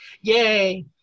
Yay